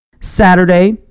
Saturday